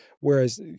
whereas